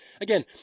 again